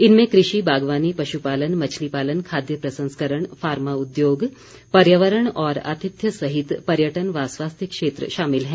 इनमें कृषि बागवानी पशुपालन मछली पालन खाद्य प्रसंस्करण फार्मा उद्योग पर्यावरण और आतिथ्य सहित पर्यटन व स्वास्थ्य क्षेत्र शामिल हैं